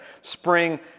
spring